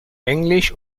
englisch